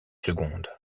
seconde